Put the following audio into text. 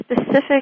specific